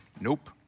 nope